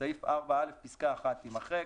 בסעיף 4(א) פסקה (1) תימחק.